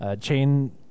chain